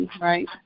right